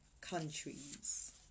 countries